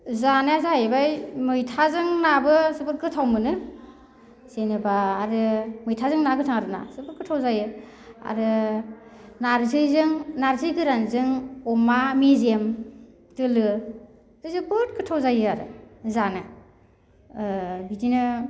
जानाया जाहैबाय मैथाजों नाबो गोथाव मोनो जेनेबा आरो मैथाजों ना गोथां आरोना जोबोद गोथाव जायो आरो नारजिजों नारजि गोरानजों अमा मेजेम दोलो जोबोद गोथाव जायोआरो जानो ओ बिदिनो